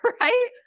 right